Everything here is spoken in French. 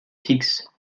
fixe